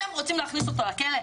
אתם רוצים להכניס אותו לכלא?